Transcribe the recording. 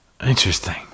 Interesting